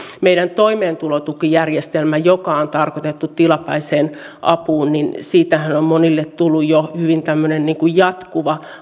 meidän toimeentulotukijärjestelmästä joka on tarkoitettu tilapäiseen apuun on on monille tullut jo hyvin tämmöinen niin kuin jatkuva